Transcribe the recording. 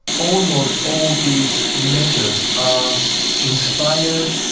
almost all these measures are inspired,